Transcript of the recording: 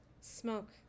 Smoke